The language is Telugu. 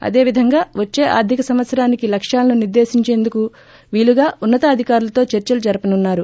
అదేవిధంగా వచ్చే ఆర్థిక సంవత్సరానికి లక్ష్యాలను నిర్దేశించేందుకు వీలుగా ఉన్నతాధికారులతో చర్చలు జరపనున్నారు